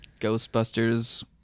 Ghostbusters